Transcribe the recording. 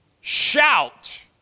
shout